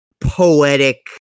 poetic